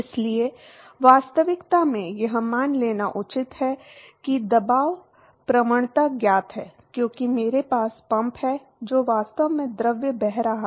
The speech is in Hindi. इसलिए वास्तविकता में यह मान लेना उचित है कि दबाव प्रवणता ज्ञात है क्योंकि मेरे पास पंप है जो वास्तव में द्रव बह रहा है